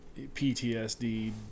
ptsd